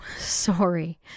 sorry